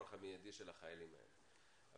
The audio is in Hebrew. צורך להוכיח כלום חוץ מהגדרת הזכאות בצה"ל.